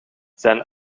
zijn